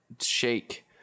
shake